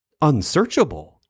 unsearchable